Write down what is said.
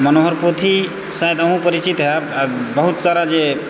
मनोहर पोथी शायद अहूँ परिचित होयब बहुत सारा जे